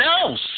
else